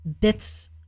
bits